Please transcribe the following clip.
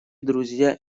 друзья